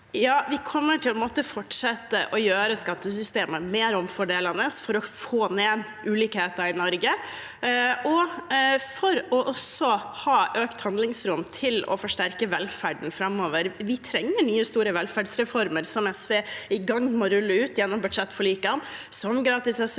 vi kommer til å måtte fortsette å gjøre skattesystemet mer omfordelende for å få ned ulikhetene i Norge og for å ha økt handlingsrom til å forsterke velferden framover. Vi trenger nye, store velferdsreformer – som SV er i gang med å rulle ut gjennom budsjettforlikene – som gratis SFO,